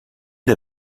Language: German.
der